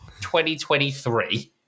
2023